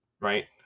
right